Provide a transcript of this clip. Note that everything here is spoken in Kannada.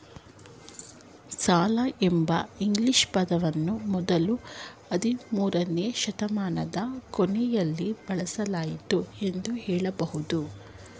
ಸಾಲ ಎಂಬ ಇಂಗ್ಲಿಷ್ ಪದವನ್ನ ಮೊದ್ಲು ಹದಿಮೂರುನೇ ಶತಮಾನದ ಕೊನೆಯಲ್ಲಿ ಬಳಸಲಾಯಿತು ಎಂದು ಹೇಳಬಹುದು